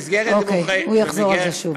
הוא יחזור על זה שוב.